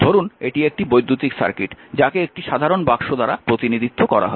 ধরুন এটি একটি বৈদ্যুতিক সার্কিট যাকে একটি সাধারণ বাক্স দ্বারা প্রতিনিধিত্ব করা হয়েছে